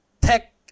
tech